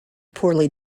poorly